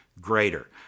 greater